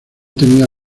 tenía